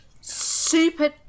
super